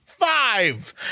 Five